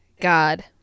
god